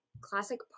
classic